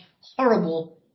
horrible